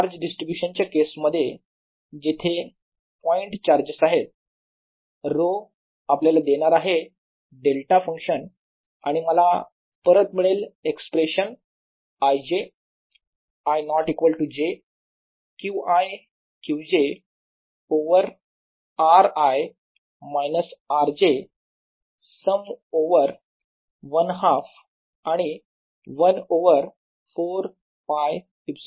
E12VrrdV charge distribution च्या case मध्ये जिथे पॉईंट चार्जेस आहेत ρ आपल्याला देणार आहे डेल्टा फंक्शन आणि मला परत मिळेल expression i j i ≠ j Q i Q j over r i minus r j sum over 1 half आणि 1ओवर 4 π ε0